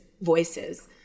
voices